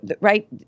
right